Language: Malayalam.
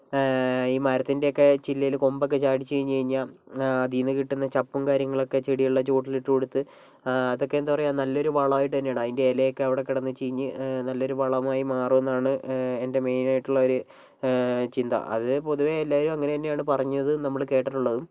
ഈ മരത്തിൻറെയൊക്കെ ചില്ലയിൽ കൊമ്പൊക്കെ ചാടിച്ച് കഴിഞ്ഞ് കഴിഞ്ഞാൽ അതിൽ നിന്ന് കിട്ടുന്ന ചപ്പും കാര്യങ്ങളൊക്കെ ചെടികളുടെ ചുവട്ടിൽ ഇട്ടുകൊടുത്ത് അതൊക്കെ എന്താപറയുക നല്ലൊരു വളമായിട്ട് തന്നെയാണ് അതിൻ്റെ ഇലയൊക്കെ അവിടെകിടന്ന് ചീഞ്ഞ് നല്ലൊരു വളമായി മാറുന്നതാണ് എൻറെ മെയിനായിട്ടുള്ള ഒരു ചിന്ത അത് പൊതുവെ എല്ലാവരും അങ്ങനെയെന്നാണ് പറഞ്ഞത് നമ്മൾ കേട്ടിട്ടുള്ളതും